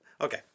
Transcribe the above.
Okay